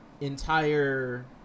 entire